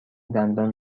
دندان